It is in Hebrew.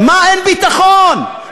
אין ביטחון.